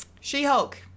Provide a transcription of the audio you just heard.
She-Hulk